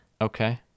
Okay